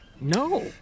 No